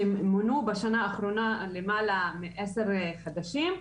שמונו בשנה האחרונה למעלה מעשרה חדשים.